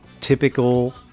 typical